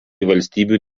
valstybių